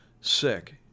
sick